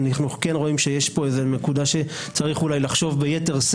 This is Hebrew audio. כי אנחנו רואים שיש כאן נקודה שצריך לחשוב עליה יותר.